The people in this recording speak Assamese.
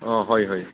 অঁ হয় হয়